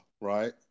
right